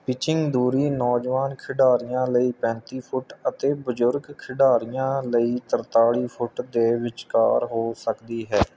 pitching ਦੂਰੀ ਨੌਜਵਾਨ ਖਿਡਾਰੀਆਂ ਲਈ ਪੈਂਤੀ ਫੁੱਟ ਅਤੇ ਬਜ਼ੁਰਗ ਖਿਡਾਰੀਆਂ ਲਈ ਤਰਤਾਲੀ ਫੁੱਟ ਦੇ ਵਿਚਕਾਰ ਹੋ ਸਕਦੀ ਹੈ